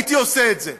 הייתי עושה את זה.